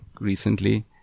recently